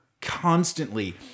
constantly